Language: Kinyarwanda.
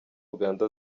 uganda